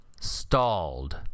stalled